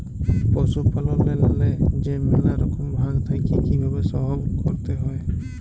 পশুপাললেল্লে যে ম্যালা রকম ভাগ থ্যাকে কিভাবে সহব ক্যরতে হয়